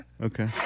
Okay